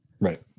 right